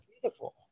beautiful